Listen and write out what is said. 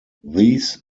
these